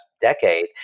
decade